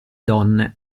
donne